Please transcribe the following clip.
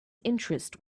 interest